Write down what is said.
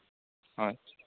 হয়